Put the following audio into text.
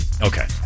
Okay